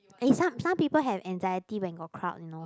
eh some some people got anxiety when got crowd you know